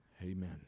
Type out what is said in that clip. Amen